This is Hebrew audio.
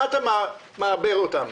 למה אתה מערבב אותם?